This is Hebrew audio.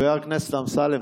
חבר הכנסת אמסלם,